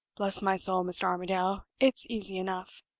bless my soul, mr. armadale, it's easy enough!